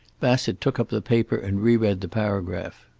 bassett took up the paper and reread the paragraph.